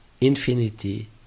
Infinity